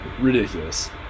Ridiculous